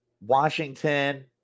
Washington